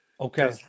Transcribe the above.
Okay